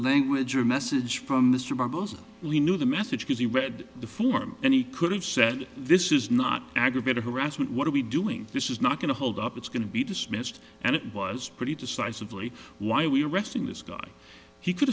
language or message from mr barboza we knew the message because he read the form and he could have said this is not aggravated harassment what are we doing this is not going to hold up it's going to be dismissed and it was pretty decisively why we're arresting this guy he could